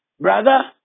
Brother